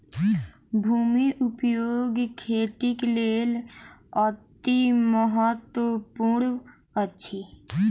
भूमि उपयोग खेतीक लेल अतिमहत्त्वपूर्ण अछि